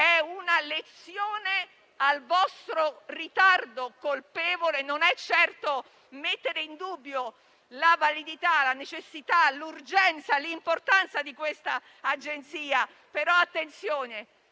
una lezione al vostro ritardo colpevole, non è certo mettere in dubbio la validità, la necessità, l'urgenza e l'importanza di quest'Agenzia. Attenzione,